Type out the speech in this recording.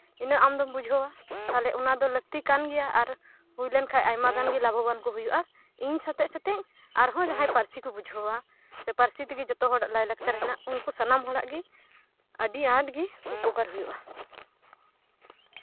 ᱩᱱᱟᱹᱜ ᱟᱢ ᱫᱚᱢ ᱵᱩᱡᱷᱟᱹᱣᱟ ᱩᱱᱟᱹᱜ ᱞᱟᱹᱠᱛᱤ ᱠᱟᱱ ᱜᱮᱭᱟ ᱟᱨ ᱦᱩᱭ ᱞᱮᱱᱠᱷᱟᱱ ᱟᱭᱢᱟ ᱜᱟᱱ ᱜᱮ ᱞᱟᱵᱷᱚᱵᱟᱱ ᱦᱩᱭᱩᱜᱼᱟ ᱤᱧ ᱥᱟᱛᱮᱜ ᱥᱟᱛᱮᱜ ᱟᱨᱡᱦᱚᱸ ᱡᱟᱸᱦᱟᱭ ᱯᱟᱹᱨᱥᱤ ᱠᱚ ᱵᱩᱡᱷᱟᱹᱣᱟ ᱥᱮ ᱯᱟᱹᱨᱥᱤ ᱛᱮᱜᱮ ᱡᱚᱛᱚ ᱦᱚᱲᱟᱜ ᱞᱟᱭ ᱞᱟᱠᱪᱟᱨ ᱢᱮᱱᱟᱜ ᱡᱚᱛᱚ ᱥᱟᱛᱮ ᱥᱟᱱᱟᱢ ᱦᱚᱲᱟᱜ ᱜᱮ ᱟᱹᱰᱤ ᱟᱸᱴᱜᱮ ᱩᱯᱚᱠᱟᱨ ᱦᱩᱭᱩᱜᱼᱟ